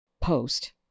post